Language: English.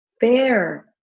fair